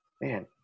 Man